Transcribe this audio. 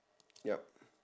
yup